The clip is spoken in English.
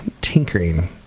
tinkering